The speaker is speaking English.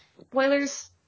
Spoilers